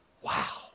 Wow